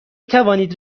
توانید